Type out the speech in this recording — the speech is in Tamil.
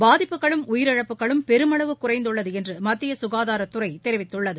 பாதிப்புகளும் உயிரிழப்புகளும் பெருமளவு குறைந்துள்ளது என்று மத்திய சுஙதாரத்துறை தெரிவித்துள்ளது